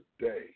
today